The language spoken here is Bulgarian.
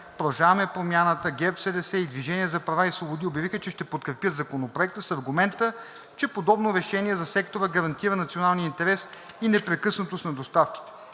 „Продължаваме Промяната“, ГЕРБ-СДС и „Движение за права и свободи“ обявиха, че ще подкрепят Законопроекта с аргумента, че подобно решение за сектора гарантира националния интерес и непрекъснатост на доставките.